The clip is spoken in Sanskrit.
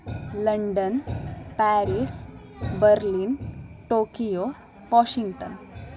London Paris Berlin Tokyo Washington